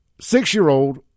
Six-year-old